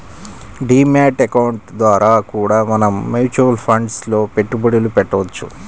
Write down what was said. D mat account ద్వారా కూడా మనం మ్యూచువల్ ఫండ్స్ లో పెట్టుబడులు పెట్టవచ్చు